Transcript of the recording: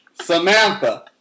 Samantha